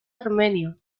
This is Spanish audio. armenio